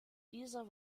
dieser